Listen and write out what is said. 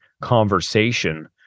conversation